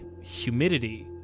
humidity